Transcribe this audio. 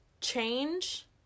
change